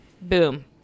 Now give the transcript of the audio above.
boom